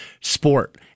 sport